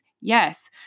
Yes